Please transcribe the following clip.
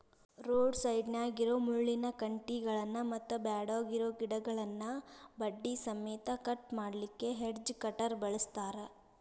road ಸೈಡ್ನ್ಯಾಗಿರೋ ಮುಳ್ಳಿನ ಕಂಟಿಗಳನ್ನ ಮತ್ತ್ ಬ್ಯಾಡಗಿರೋ ಗಿಡಗಳನ್ನ ಬಡ್ಡಿ ಸಮೇತ ಕಟ್ ಮಾಡ್ಲಿಕ್ಕೆ ಹೆಡ್ಜ್ ಕಟರ್ ಬಳಸ್ತಾರ